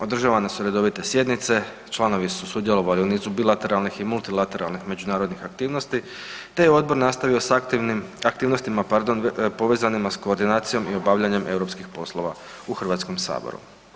Održavane su redovite sjednice, članovi su sudjelovali u nizu bilateralnih i multilateralnih međunarodnih aktivnosti te je odbor nastavio s aktivnim, aktivnostima pardon povezanim s koordinacijom i obavljanjem europskih poslova u Hrvatskom saboru.